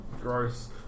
Gross